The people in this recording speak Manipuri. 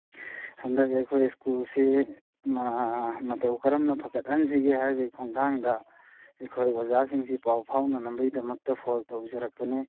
ꯍꯟꯗꯛ ꯑꯩꯈꯣꯏ ꯁ꯭ꯀꯨꯜꯁꯤ ꯃꯇꯧ ꯀꯔꯝꯅ ꯐꯒꯠꯍꯟꯁꯤꯒꯦ ꯍꯥꯏꯕꯒꯤ ꯈꯣꯡꯊꯥꯡꯗ ꯑꯩꯈꯣꯏ ꯑꯣꯖꯥꯁꯤꯡꯁꯤ ꯄꯥꯎ ꯐꯥꯎꯅꯅꯕꯒꯤꯗꯃꯛꯇ ꯐꯣꯜ ꯇꯧꯖꯔꯛꯄꯅꯤ